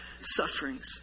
sufferings